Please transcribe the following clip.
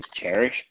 cherish